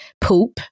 poop